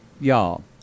y'all